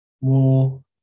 more